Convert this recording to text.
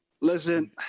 Listen